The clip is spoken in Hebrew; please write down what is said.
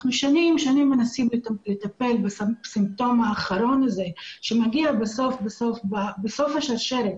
אנחנו שנים מנסים לטפל בסימפטום האחרון הזה שמגיע בסוף השרשרת,